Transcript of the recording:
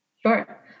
Sure